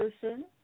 person